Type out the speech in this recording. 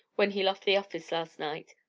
when he left the office last night